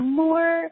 more